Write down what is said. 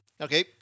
Okay